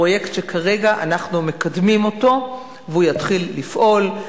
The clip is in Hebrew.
פרויקט שכרגע אנחנו מקדמים אותו והוא יתחיל לפעול,